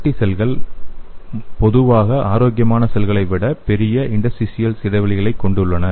கட்டி செல்கள் பொதுவாக ஆரோக்கியமான செல்களை விட பெரிய இன்டர்ஸ்டீசியல் இடைவெளிகளைக் கொண்டுள்ளன